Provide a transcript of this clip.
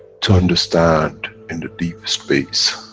to understand in the deep space,